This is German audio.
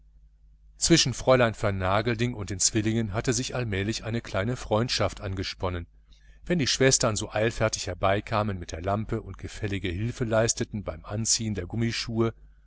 zwischen fräulein vernagelding und den zwillingen hatte sich allmählich eine kleine freundschaft angesponnen wenn die schwestern so eilfertig herbeikamen mit der lampe und gefällig hilfe leisteten bei dem anziehen der gummischuhe